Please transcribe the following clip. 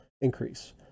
increase